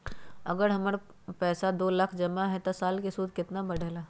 अगर हमर पैसा दो लाख जमा है त साल के सूद केतना बढेला?